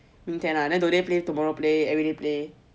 明天 ah then today play tomorrow play everyday play